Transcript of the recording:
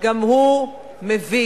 גם הוא מביש.